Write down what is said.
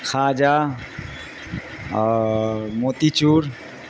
کجہ اور موتی چور